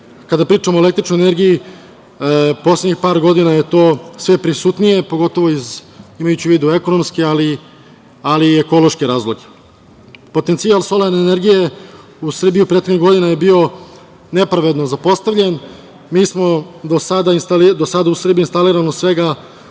kada pričamo o električnoj energiji poslednjih par godina je to sve prisutnije pogotovo imajući u vidu ekonomski, ali i ekološki razloge. Potencijal solarne energije u Srbiji u prethodnih godina je bio nepravedno zapostavljen. Do sada je u Srbiji instalirano svega